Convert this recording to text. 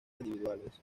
individuales